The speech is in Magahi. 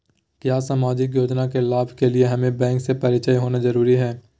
क्या सामाजिक योजना के लाभ के लिए हमें बैंक से परिचय होना जरूरी है?